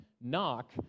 Knock